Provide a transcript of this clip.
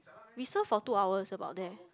we surf for two hours about there